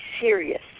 serious